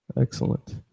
Excellent